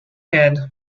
head